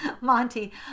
monty